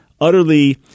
utterly